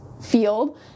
field